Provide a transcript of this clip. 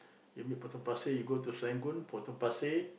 you meet Potong Pasir you go to Serangoon Potong Pasir